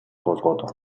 козгоду